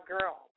girl